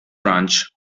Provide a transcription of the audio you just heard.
branch